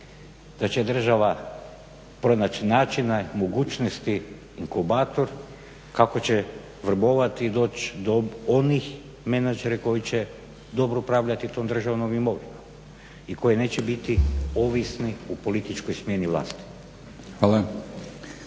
da će država pronaći načina i mogućnosti inkubator kako će vrbovat i doći do onih menadžera koji će dobro upravljati tom državnom imovinom i koji neće biti ovisni u političkoj smjeni vlasti.